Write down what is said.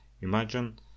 Imagine